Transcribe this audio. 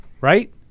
right